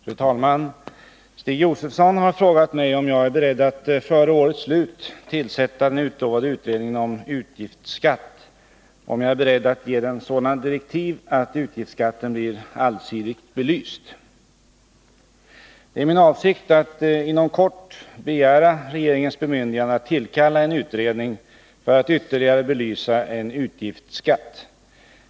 Fru talman! Stig Josefson har frågat mig om jag är beredd att före årets slut tillsätta den utlovade utredningen om utgiftsskatt och om jag är beredd att ge den sådana direktiv att utgiftsskatten blir allsidigt belyst. Det är min avsikt att inom kort begära regeringens bemyndigande att tillkalla en utredning för att ytterligare belysa en utgiftsskatt.